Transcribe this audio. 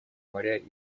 моря